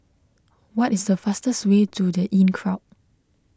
what is the fastest way to the Inncrowd